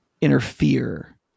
interfere